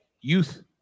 youth